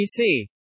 PC